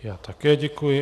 Já také děkuji.